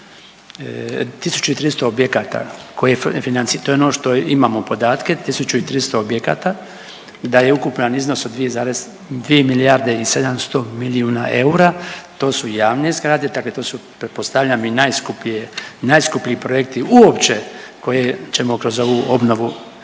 1.300 objekata koje, to je ono što imamo podatke, 1.300 objekata da je ukupan iznos od 2 zarez, 2 milijarde i 700 milijuna eura. To su javne zgrade dakle to su pretpostavljam i najskuplji, najskuplji projekti uopće koje ćemo kroz ovu obnovu